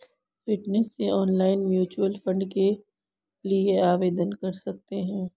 fintech से online mutual fund के लिए आवेदन कर सकते हैं